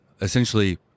essentially